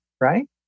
right